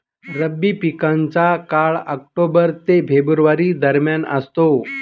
रब्बी पिकांचा काळ ऑक्टोबर ते फेब्रुवारी दरम्यान असतो